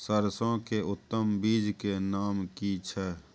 सरसो के उत्तम बीज के नाम की छै?